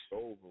over